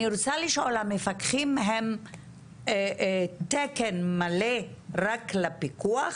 אני רוצה לשאול המפקחים הם על תקן מלא רק לפיקוח